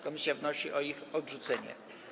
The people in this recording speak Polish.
Komisja wnosi o ich odrzucenie.